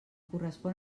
correspon